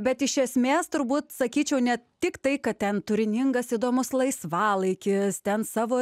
bet iš esmės turbūt sakyčiau ne tiktai kad ten turiningas įdomus laisvalaikis ten savo